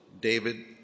David